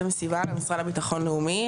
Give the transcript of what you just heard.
המשרד לביטחון לאומי.